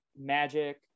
magic